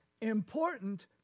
important